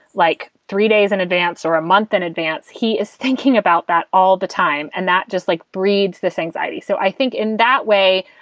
like three days in advance or a month in advance, he is thinking about that all the time. and that just like breeds this anxiety. so i think in that way,